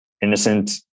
innocent